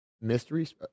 mysteries